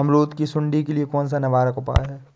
अमरूद की सुंडी के लिए कौन सा निवारक उपाय है?